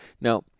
Now